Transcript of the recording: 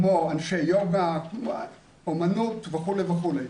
כמו אנשי יוגה, אמנות וכו' וכו'.